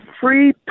free